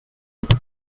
vista